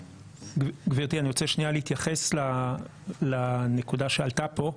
גברתי אני רוצה להתייחס לנקודה שעלתה פה,